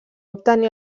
obtenir